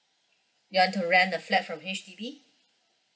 you want to rent a flat from H_D_B